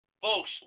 Folks